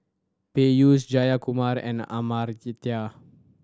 Peyush Jayakumar and Amartya